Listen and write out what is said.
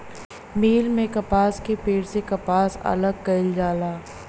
मिल में कपास के पेड़ से कपास अलग कईल जाला